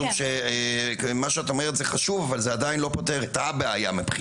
משום שמה שאת אומרת חשוב אבל זה עדיין לא פותר את ה-בעיה מבחינתי,